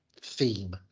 theme